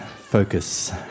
focus